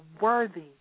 worthy